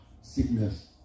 Sickness